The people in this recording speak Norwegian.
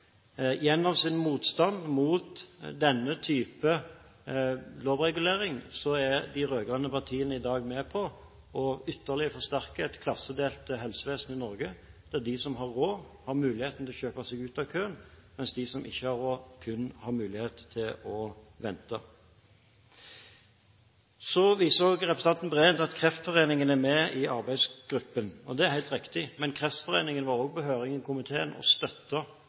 Gjennom sin motstand mot denne type lovregulering er de rød-grønne partiene i dag med på ytterligere å forsterke et klassedelt helsevesen i Norge, der de som har råd, har mulighet til å kjøpe seg ut av køen, mens de som ikke har råd, kun har mulighet til å vente. Så viser representanten Breen til at Kreftforeningen er med i arbeidsgruppen – og det er helt riktig. Men Kreftforeningen var også på høring i komiteen